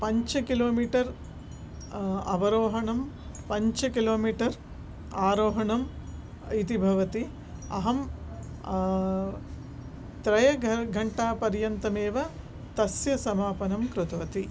पञ्चकिलोमिटर् अवरोहणं पञ्चकिलोमिटर् आरोहणम् इति भवति अहं त्रयः घ घण्टापर्यन्तमेव तस्य समापनं कृतवती